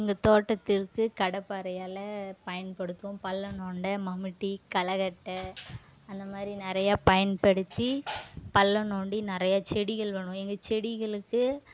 எங்கள் தோட்டத்திற்கு கடப்பாறையால் பயன்படுத்தும் பள்ளம் தோண்ட மம்முட்டி களைவெட்ட அந்தமாதிரி நிறையா பயன்படுத்தி பள்ளம் தோண்டி நிறைய செடிகள் வேணும் எங்கள் செடிகளுக்கு